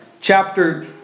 chapter